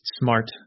smart